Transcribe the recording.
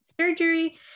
surgery